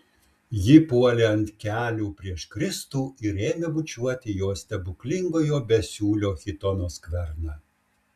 ji puolė ant kelių prieš kristų ir ėmė bučiuoti jo stebuklingojo besiūlio chitono skverną